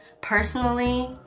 personally